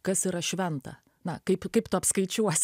kas yra šventa na kaip kaip tu apskaičiuosi